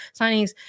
signings